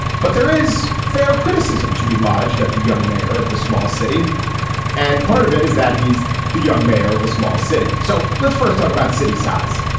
but there is fair criticism to be lodged at the young mayor of the small city and part of it is that he's the young mayor of a small city. so let's first talk about city size.